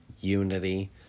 unity